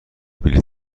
بلیط